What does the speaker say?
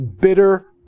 bitter